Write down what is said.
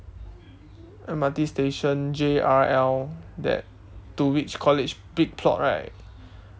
M_R_T station J_R_L that dulwich college big plot right